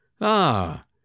Ah